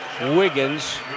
Wiggins